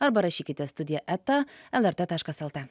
arba rašykite studija eta lrt taškas lt